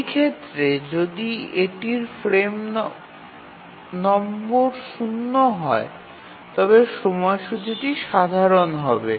এই ক্ষেত্রে যদি এটির ফ্রেম নম্বর ০হয় তবে সময়সূচীটি সাধারণ হবে